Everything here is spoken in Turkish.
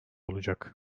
olacak